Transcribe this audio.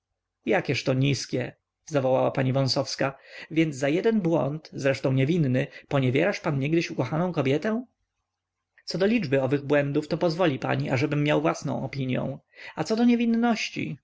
jakież to niskie zawołała pani wąsowska więc za jeden błąd zresztą niewinny poniewierasz pan niegdyś ukochaną kobietę co do liczby owych błędów to pozwoli pani ażebym miał własną opinią a co do niewinności